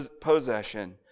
possession